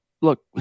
look